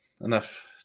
enough